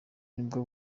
nibwo